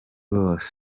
bose